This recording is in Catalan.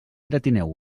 gratineu